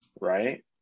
right